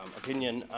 opinion,